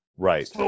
Right